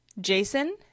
Jason